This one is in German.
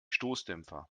stoßdämpfer